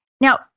Now